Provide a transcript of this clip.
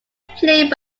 played